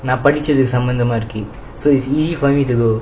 நான் படிச்சது சம்மந்தமா இருக்கு:nan padichathu samanthama irukku so it's easy for me to do